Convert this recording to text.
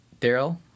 Daryl